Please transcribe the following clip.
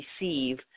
receive